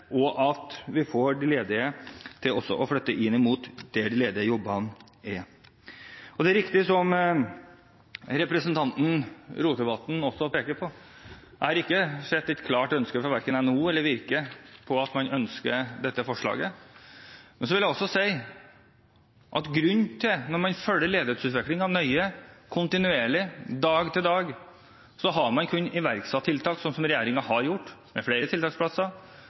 for at vi får mobilitet i arbeidsmarkedet, og at vi også får de ledige til å flytte der de ledige jobbene er. Det er riktig, som representanten Rotevatn også peker på, at verken NHO eller Virke ønsker dette forslaget. Men så vil jeg også si at når man følger ledighetsutviklingen nøye, kontinuerlig, fra dag til dag, har man kun iverksatt tiltak, som regjeringen har gjort, med flere tiltaksplasser,